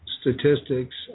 statistics